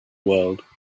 world